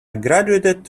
graduated